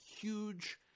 huge